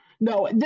No